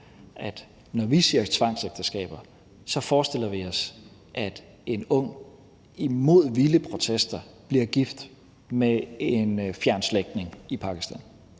at når vi siger tvangsægteskaber, forestiller vi os, at en ung under vilde protester bliver gift med en fjern slægtning i Pakistan,